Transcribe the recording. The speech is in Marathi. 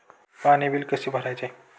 पाणी बिल कसे भरायचे?